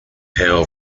hail